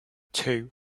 two